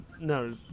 no